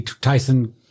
Tyson